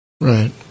Right